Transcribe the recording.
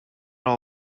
all